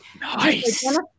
Nice